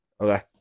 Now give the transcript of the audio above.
Okay